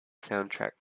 soundtrack